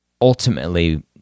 ultimately